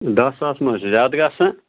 دَہ ساس مہٕ حظ چھِ زیادٕ گژھان